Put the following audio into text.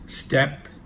step